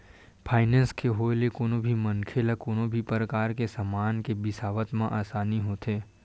finance के होय ले कोनो भी मनखे ल कोनो भी परकार के समान के बिसावत म आसानी होथे